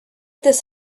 this